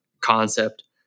concept